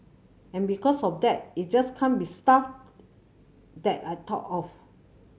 and because of that it just can't be stuff that I thought of